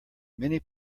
many